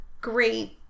great